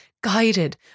guided